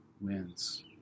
wins